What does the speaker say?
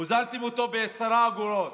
הוזלתם אותו ב-10 אגורות,